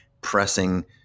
pressing